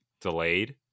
delayed